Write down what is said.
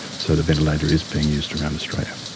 so the ventilator is being used around australia.